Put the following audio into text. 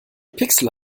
pixel